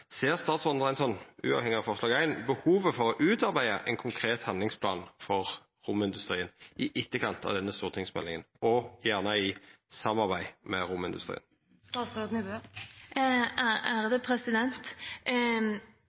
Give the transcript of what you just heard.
uavhengig av forslag nr. 1 behovet for å utarbeida ein konkret handlingsplan for romindustrien i etterkant av denne stortingsmeldinga og gjerne i samarbeid med